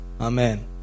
Amen